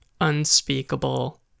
unspeakable